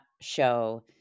show